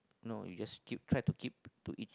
no you just keep try to keep to